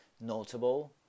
notable